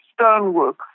stonework